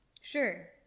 Sure